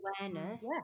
awareness